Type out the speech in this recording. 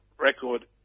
record